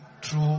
true